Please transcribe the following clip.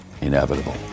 inevitable